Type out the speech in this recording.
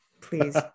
Please